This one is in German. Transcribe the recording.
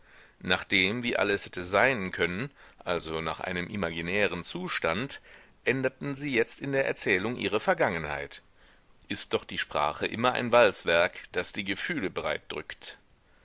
dem wie alles hätte sein können also nach einem imaginären zustand änderten sie jetzt in der erzählung ihre vergangenheit ist doch die sprache immer ein walzwerk das die gefühle